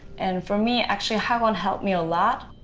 and for me, actually, hagwon help me a lot.